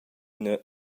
ina